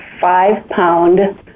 five-pound